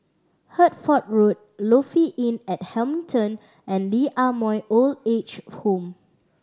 Hertford Road Lofi Inn at Hamilton and Lee Ah Mooi Old Age Home